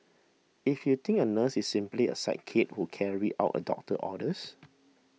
if you think a nurse is simply a sidekick who carries out a doctor's orders